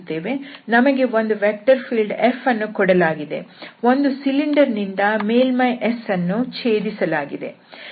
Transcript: ನಮಗೆ ಒಂದು vector field Fಅನ್ನು ಕೊಡಲಾಗಿದೆ ಒಂದು ಸಿಲಿಂಡರ್ ನಿಂದ ಮೇಲ್ಮೈ S ಅನ್ನು ಛೇದಿಸಲಾಗಿದೆ